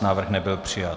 Návrh nebyl přijat.